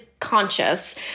conscious